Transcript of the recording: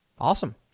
Awesome